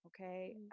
okay